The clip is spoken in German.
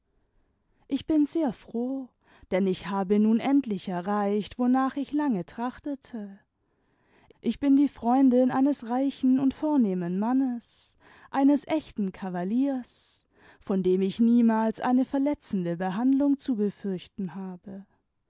ich bin sehr froh denn ich habe nun endlich erreicht wonach ich lange trachtete ich bin die freundin eines reichen und vornehmen mannes eines echten kavaliers von dem ich niemab eine verletzende behandlung zu befürchten habe